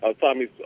Tommy